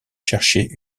chercher